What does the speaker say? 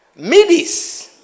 Midis